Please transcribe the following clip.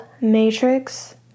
matrix